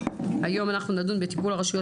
היום אנחנו נדון בנושא: טיפול הרשויות